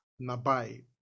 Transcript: nabai